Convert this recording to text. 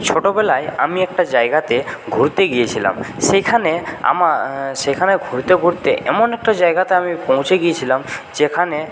ছোটবেলায় আমি একটা জায়গাতে ঘুরতে গিয়েছিলাম সেখানে আমার সেখানে ঘুরতে ঘুরতে এমন একটা জায়গাতে আমি পৌঁছে গিয়েছিলাম যেখানে